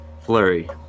Flurry